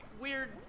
weird